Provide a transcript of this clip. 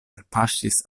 alpaŝis